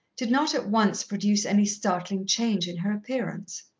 did not at once produce any startling change in her appearance.